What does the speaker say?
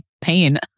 pain